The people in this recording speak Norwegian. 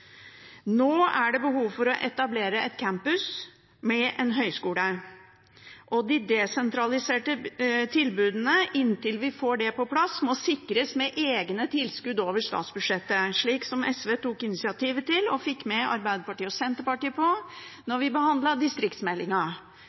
Nå er det behov for å etablere campus med en høyskole. De desentraliserte tilbudene, inntil vi får det på plass, må sikres med egne tilskudd over statsbudsjettet, som SV tok initiativet til og fikk Arbeiderpartiet og Senterpartiet med på da vi